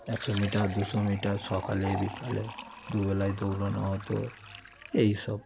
একশো মিটার দুশো মিটার সকালে বিকালে দুবেলাই দৌড়োনো হতো এই সব